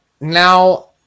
now